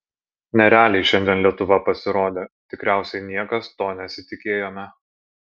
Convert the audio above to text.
nerealiai šiandien lietuva pasirodė tikriausiai niekas to nesitikėjome